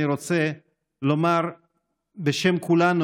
אני רוצה לומר בשם כולנו,